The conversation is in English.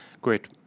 great